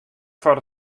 foar